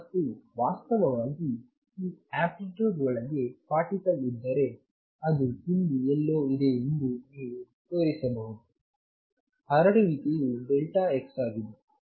ಮತ್ತು ವಾಸ್ತವವಾಗಿ ಈ ಅಂಪ್ಲಿ ಟ್ಯೂಟ್ ಒಳಗೆ ಪಾರ್ಟಿಕಲ್ ಇದ್ದರೆ ಅದು ಇಲ್ಲಿ ಎಲ್ಲೋ ಇದೆ ಎಂದು ನೀವು ತೋರಿಸಬಹುದು ಹರಡುವಿಕೆಯು x ಆಗಿದೆ